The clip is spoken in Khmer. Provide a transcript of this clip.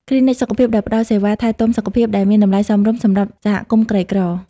គ្លីនិកសុខភាពដែលផ្តល់សេវាថែទាំសុខភាពដែលមានតម្លៃសមរម្យសម្រាប់សហគមន៍ក្រីក្រ។